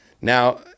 now